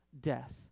death